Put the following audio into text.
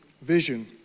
vision